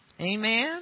Amen